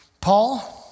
Paul